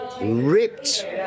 ripped